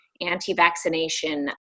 anti-vaccination